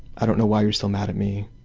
i don't know why you're still mad at me.